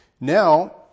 now